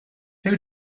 who